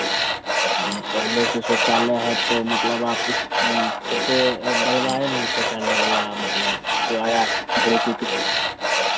पहले से शौचालय है तो मतलब आप उस फोटो और डलवाए हैं शौचालय वाला मतलब जो आया भेरिफिकेशन